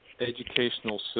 educational